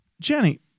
Jenny